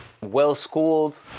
well-schooled